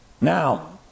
Now